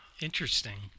Interesting